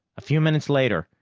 a few minutes later,